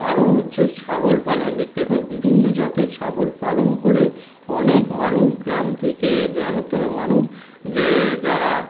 আরও হচ্ছে ছাগল পালনের দিক থেকে দেখুন বিভিন্ন জাতের ছাগল পালন করে অনেক মানুষ গ্রাম থেকে মানুষ যে যারা